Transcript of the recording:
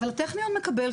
אבל הטכניון מקבל,